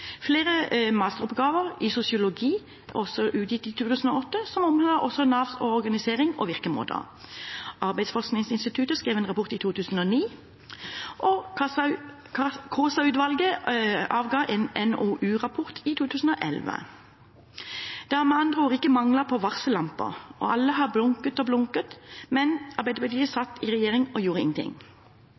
rapport i 2009, og Kaasa-utvalget avga en NOU-rapport i 2011. Det har med andre ord ikke manglet på varsellamper, og alle har blinket og blinket, men Arbeiderpartiet satt i regjering og gjorde ingenting.